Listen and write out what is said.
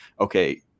okay